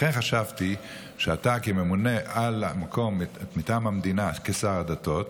לכן חשבתי שאתה כממונה על המקום מטעם המדינה כשר הדתות,